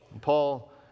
Paul